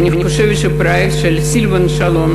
ואני חושבת שהפרויקט של סילבן שלום,